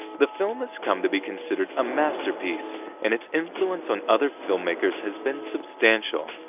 the film has come to be considered a masterpiece and its influence on other filmmakers has been substantial.